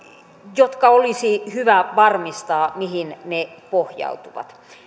joista olisi hyvä varmistaa mihin ne pohjautuvat